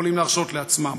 יכולים להרשות לעצמם.